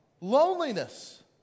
loneliness